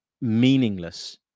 meaningless